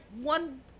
one